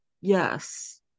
Yes